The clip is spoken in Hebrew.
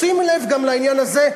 שים לב גם לעניין הזה,